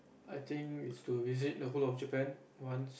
I think it's to visit the whole of Japan once